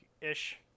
ish